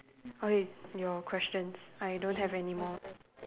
okay your questions I don't have anymore